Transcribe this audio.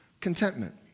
contentment